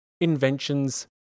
inventions